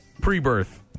pre-birth